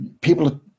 people